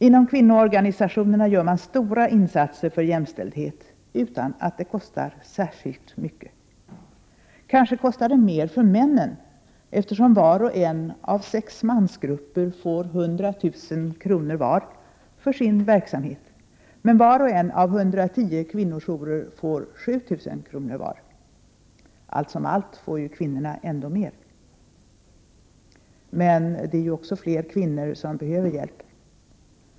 Inom kvinnoorganisationerna gör man stora insatser för jämställdhet, utan att det kostar särskilt mycket. Kanske kostar det mer för männen, eftersom var och en av sex mansgrupper får 100 000 kr. för sin verksamhet, medan var och en av 110 kvinnojourer får 7 000 kr. Allt som allt får ju kvinnorna ändå mer, men det är också fler kvinnor som behöver hjälp.